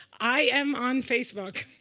i am on facebook.